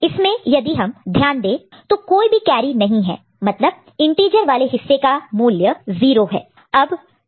इसमें यदि हम ध्यान दें तो कोई भी कैरी नहीं है मतलब इंटीजर वाले हिस्से का मूल्य 0 है